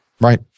Right